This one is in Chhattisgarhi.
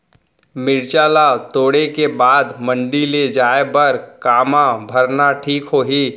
मिरचा ला तोड़े के बाद मंडी ले जाए बर का मा भरना ठीक होही?